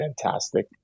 fantastic